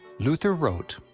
luther wrote,